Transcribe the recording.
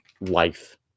life